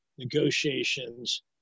negotiations